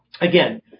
again